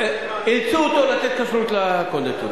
----- אילצו אותו לתת כשרות לקונדיטוריה.